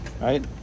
right